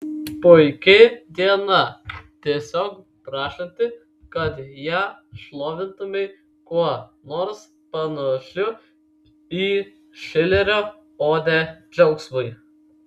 puiki diena tiesiog prašanti kad ją šlovintumei kuo nors panašiu į šilerio odę džiaugsmui